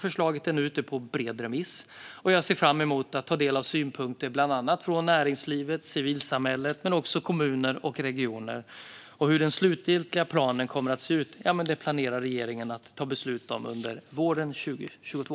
Förslaget är nu ute på bred remiss, och jag ser fram emot att ta del av synpunkter från bland annat näringslivet och civilsamhället men också kommuner och regioner. Hur den slutliga planen kommer att se ut planerar regeringen att fatta beslut om under våren 2022.